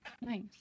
Nice